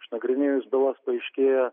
išnagrinėjus bylas paaiškėja